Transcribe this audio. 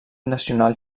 nacional